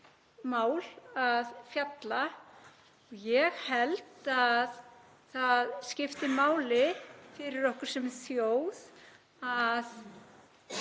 mál að fjalla. Ég held að það skipti máli fyrir okkur sem þjóð að